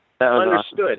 understood